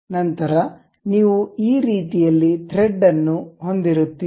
ನಂತರ ನೀವು ಈ ರೀತಿಯಲ್ಲಿ ಥ್ರೆಡ್ ಅನ್ನು ಹೊಂದಿರುತ್ತೀರಿ